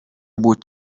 بود